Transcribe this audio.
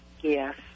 Yes